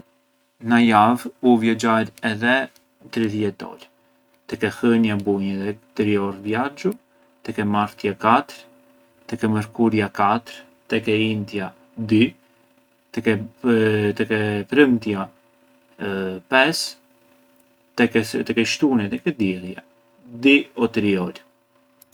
Na javë u viaxhar edhe tridhjetë orë: tek e hënia bunj edhe tri orë viaxhu tek e martja katër, tek e mërkuria katër, tek e intja dy, tek e prëmtia pesë, tek e shtunia e e diellja dy o tri orë.